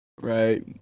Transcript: Right